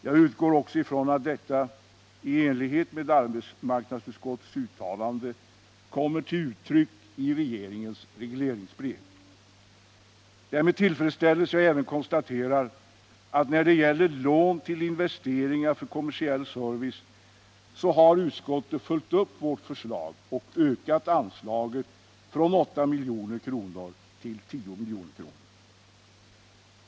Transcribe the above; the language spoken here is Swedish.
Jag utgår också från att detta — i enlighet med arbetsmarknadsutskottets uttalande — kommer till uttryck i regeringens Det är med tillfredsställelse jag även konstaterar att när det gäller lån till investeringar för kommersiell service, så har utskottet följt upp vårt förslag och ökat anslaget från 8 milj.kr. till 10 milj.kr.